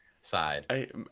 side